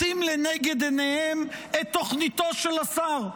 לשים לנגד עיניהם את תוכניתו של השר: